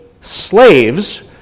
slaves